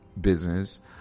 business